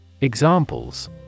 Examples